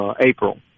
April